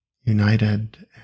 united